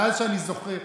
מאז שאני זוכר,